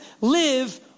Live